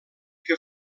que